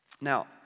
Now